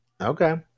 Okay